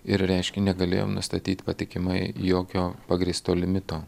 ir reiškia negalėjom nustatyti patikimai jokio pagrįsto limito